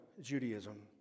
Judaism